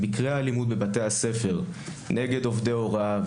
מקרי האלימות בבתי-הספר נגד עובדי הוראה,